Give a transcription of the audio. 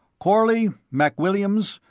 corley, mac williams,